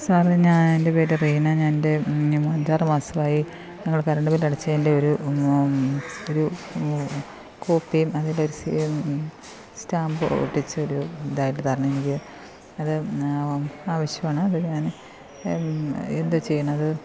സാറെ ഞാൻ എൻ്റെ പേര് റീന ഞാൻ എൻ്റെ അഞ്ചാറ് മാസമായി ഞങ്ങൾ കറണ്ട് ബില്ല് അടച്ചതിൻ്റെ ഒരു ഒരു കോപ്പിയും അതിലൊരു സ്റ്റാമ്പ് ഒട്ടിച്ചൊരു ഇതായിട്ട് തരണമെനിക്ക് അത് ആവശ്യമാണ് അത് ഞാൻ എന്താ ചെയ്യണത്